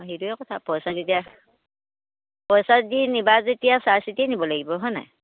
অ' সেইটোৱে কথা পইচা যেতিয়া পইচা দি নিবা যেতিয়া চাই চিতি নিব লাগিব হয় নাই